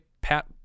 Pat